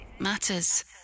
Matters